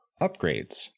upgrades